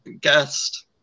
guest